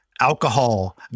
alcohol